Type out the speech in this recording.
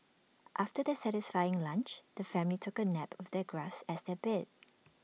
after their satisfying lunch the family took A nap with the grass as their bed